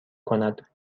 کند